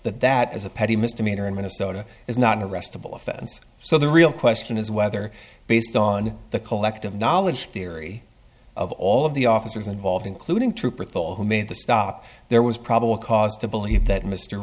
that is a petty misdemeanor in minnesota is not an arrestable offense so the real question is whether based on the collective knowledge theory of all of the officers involved including trooper thought who made the stop there was probable cause to believe that mr